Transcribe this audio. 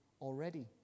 already